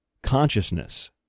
Consciousness